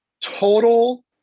total